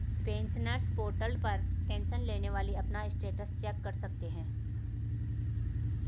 pensioners portal पर tension लेने वाली अपना स्टेटस चेक कर सकते हैं